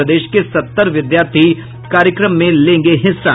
प्रदेश के सत्तर विद्यार्थी कार्यक्रम में लेंगे हिस्सा